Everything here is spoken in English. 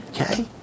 Okay